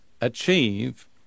achieve